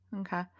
Okay